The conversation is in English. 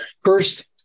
First